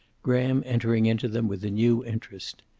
graham entering into them with a new interest.